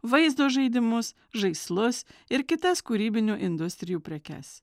vaizdo žaidimus žaislus ir kitas kūrybinių industrijų prekes